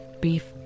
beef